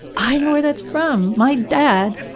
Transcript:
i know where that's from! my dad,